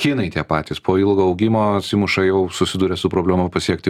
kinai tie patys po ilgo augimo atsimuša jau susiduria su problema pasiekti